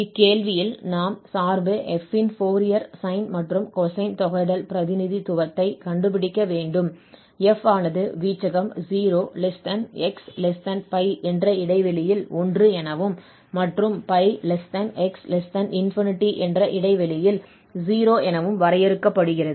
இக்கேள்வியில் நாம் சார்பு f இன் ஃபோரியர் சைன் மற்றும் கொசைன் தொகையிடல் பிரதிநிதித்துவத்தைக் கண்டுபிடிக்க வேண்டும் f ஆனது வீச்சகம் 0 x π என்ற இடைவெளியில் 1 எனவும் மற்றும் π x என்ற இடைவெளியில் 0 எனவும் வரையறுக்கப்படுகிறது